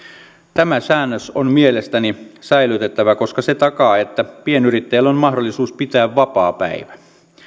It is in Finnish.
tämä säännös on mielestäni säilytettävä koska se takaa että pienyrittäjällä on mahdollisuus pitää vapaapäivä